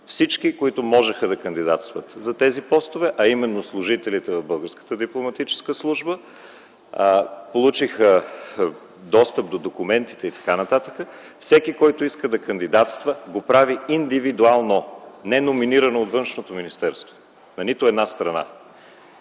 Всички, които можеха да кандидатстват за тези постове, а именно служителите в българската дипломатическа служба, получиха достъп до документите и т.н. Всеки, който иска да кандидатства го прави индивидуално, не номинирано от Външното министерство, на нито една страна.